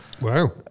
Wow